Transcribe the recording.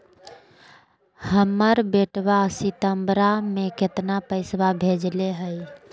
हमर बेटवा सितंबरा में कितना पैसवा भेजले हई?